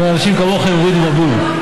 אומר: אנשים כמוכם הורידו מבול.